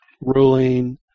ruling